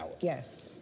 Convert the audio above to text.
yes